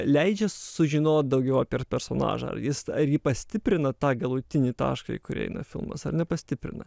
leidžia sužinot daugiau personažą ar jis ar ji pastiprina tą galutinį tašką į kurį eina filmas ar nepastiprina